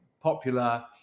popular